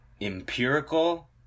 Empirical